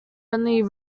only